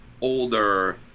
older